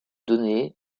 données